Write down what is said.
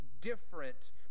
different